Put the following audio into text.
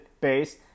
base